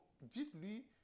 dites-lui